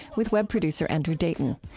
with web producer andrew dayton.